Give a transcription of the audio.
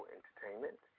Entertainment